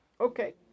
Okay